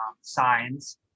signs